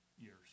years